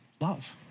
love